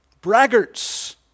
braggarts